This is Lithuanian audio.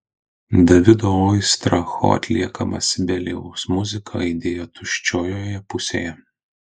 davido oistracho atliekama sibelijaus muzika aidėjo tuščiojoje pusėje